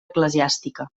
eclesiàstica